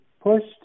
pushed